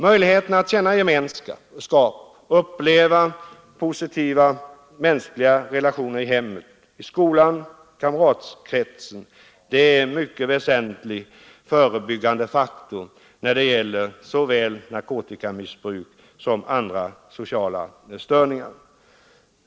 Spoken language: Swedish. Möjligheterna att känna gemenskap, att uppleva positiva mänskliga relationer i hemmet, i skolan och i kamratkretsen, är en mycket väsentlig förebyggande faktor när det gäller såväl narkotikamissbruk som andra sociala störningar.